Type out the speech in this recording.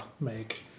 make